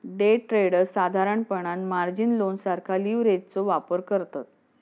day traders साधारणपणान margin loan सारखा लीव्हरेजचो वापर करतत